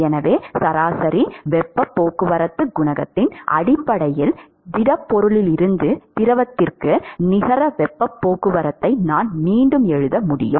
எனவே சராசரி வெப்பப் போக்குவரத்துக் குணகத்தின் அடிப்படையில் திடப்பொருளிலிருந்து திரவத்திற்கு நிகர வெப்பப் போக்குவரத்தை நான் மீண்டும் எழுத முடியும்